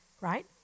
right